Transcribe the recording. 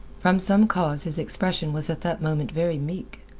from some cause his expression was at that moment very meek.